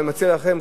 ומציע לכם,